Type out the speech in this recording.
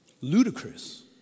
ludicrous